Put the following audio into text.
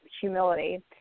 humility